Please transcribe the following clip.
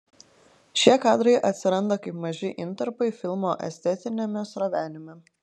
šie kadrai atsiranda kaip maži intarpai filmo estetiniame srovenime